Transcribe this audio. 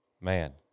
man